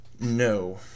No